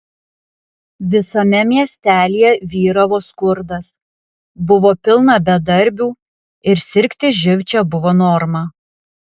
visame miestelyje vyravo skurdas buvo pilna bedarbių ir sirgti živ čia buvo norma